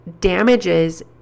damages